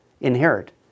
inherit